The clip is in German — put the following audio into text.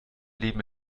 leben